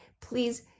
Please